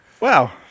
Wow